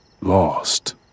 Lost